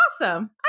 awesome